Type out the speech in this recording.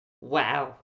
Wow